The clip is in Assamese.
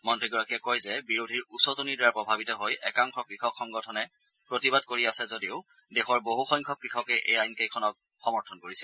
মন্ত্ৰীগৰাকীয়ে কয় যে বিৰোধীৰ উচটনিৰ দ্বাৰা প্ৰভাৱিত হৈ একাংশ কৃষক সংগঠনে প্ৰতিবাদ কৰি আছে যদিও দেশৰ বহুসংখ্যক কৃষকে এই আইনকেইখনক সমৰ্থন কৰিছে